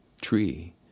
tree